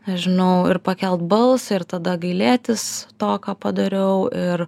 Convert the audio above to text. nežinau ir pakelt balsą ir tada gailėtis to ką padariau ir